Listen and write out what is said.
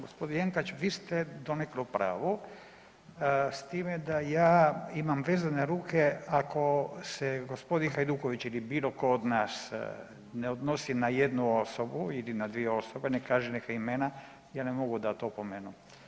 Gospodin Jenkač vi ste donekle u pravu s time da ja imam vezane ruke ako se gospodin Hajduković ili bili tko od nas ne odnosi na jednu osobu ili na dvije osobe, ne kaže neka imena ja ne mogu dati opomenu.